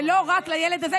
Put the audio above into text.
ולא רק לילד הזה,